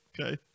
Okay